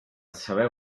saber